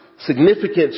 Significant